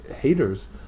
haters